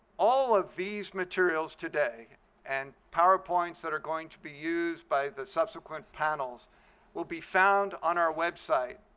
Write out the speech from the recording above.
all of these materials today and powerpoints that are going to be used by the subsequent panels will be found on our website,